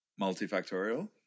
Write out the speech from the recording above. multifactorial